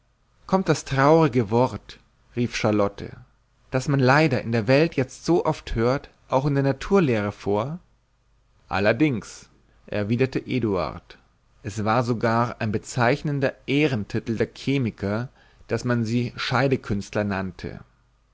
kommt das traurige wort rief charlotte das man leider in der welt jetzt so oft hört auch in der naturlehre vor allerdings erwiderte eduard es war sogar ein bezeichnender ehrentitel der chemiker daß man sie scheidekünstler nannte